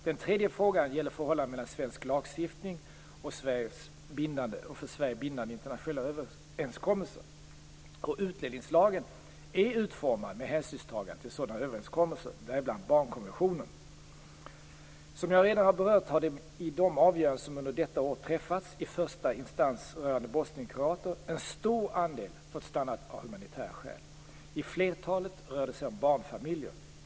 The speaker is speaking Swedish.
Den tredje frågan gäller förhållandet mellan svensk lagstiftning och för Sverige bindande internationella överenskommelser. Utlänningslagen är utformad med hänsynstagande till sådana överenskommelser, däribland barnkonventionen. Som jag redan har berört har i de avgöranden som under detta år har träffats i första instans rörande bosnienkroater en stor andel fått stanna av humanitära skäl. I flertalet fall rör det sig om barnfamiljer.